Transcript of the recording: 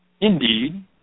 Indeed